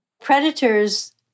Predators